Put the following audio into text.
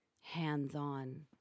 hands-on